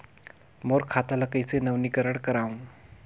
मोर खाता ल कइसे नवीनीकरण कराओ?